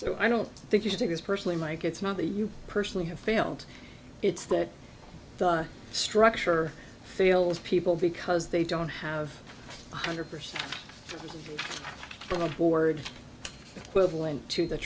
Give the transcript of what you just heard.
so i don't think you should take this personally mike it's not that you personally have failed it's that the structure fails people because they don't have one hundred percent on the board quibbling to the